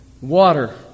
water